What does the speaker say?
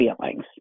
feelings